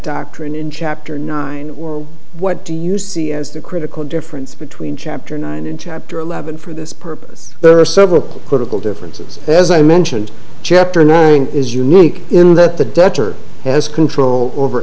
doctrine in chapter nine or what do you see as the critical difference between chapter nine and chapter eleven for this purpose there are several critical differences as i mentioned chapter knowing is unique in that the debtor has control over